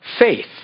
faith